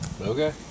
Okay